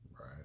Right